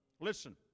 Listen